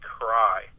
cry